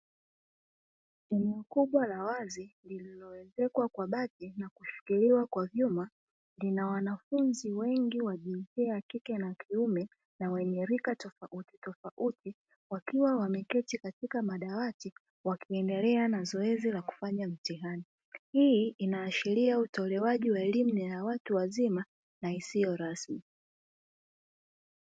Eneo kubwa la wazi linaloezekwa kwa bati na kushikiiwa kwa vyuma lina wanafunzi wengi wa jinsia ya kike na kiume na wenye rika tofautitofauti, wakiwa wameketi katika madawati wakiendelea na zoezi la kufanya mtihani. Hii inaashiria utolewaji wa elimu ya watu wazima na isiyo rasmi.